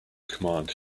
command